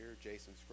Jason